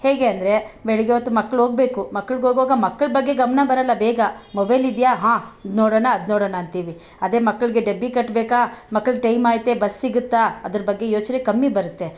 ಹೇಗೆ ಅಂದರೆ ಬೆಳಿಗ್ಗೆ ಹೊತ್ತು ಮಕ್ಳು ಹೋಗ್ಬೇಕು ಮಕ್ಳ್ಗೋಗೋವಾಗ ಮಕ್ಳ ಬಗ್ಗೆ ಗಮನ ಬರೊಲ್ಲ ಬೇಗ ಮೊಬೈಲ್ ಇದೆಯಾ ಹಾಂ ಇದು ನೋಡೋಣ ಅದು ನೋಡೋಣ ಅಂತೀವಿ ಅದೇ ಮಕ್ಕಳಿಗೆ ಡಬ್ಬಿ ಕಟ್ಬೇಕೆ ಮಕ್ಕಳ ಟೈಮ್ ಐತೆ ಬಸ್ ಸಿಗುತ್ತಾ ಅದ್ರ ಬಗ್ಗೆ ಯೋಚನೆ ಕಮ್ಮಿ ಬರುತ್ತೆ